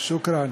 שוכראן